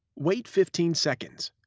wait fifteen seconds.